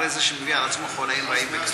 הרי זה שמביא על עצמו חוליים רעים.